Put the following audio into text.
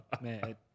man